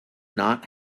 not